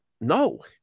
no